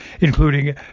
including